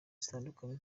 zitandukanye